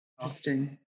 interesting